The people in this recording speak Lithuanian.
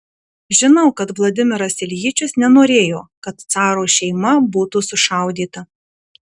žinau kad vladimiras iljičius nenorėjo kad caro šeima būtų sušaudyta